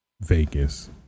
Vegas